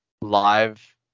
live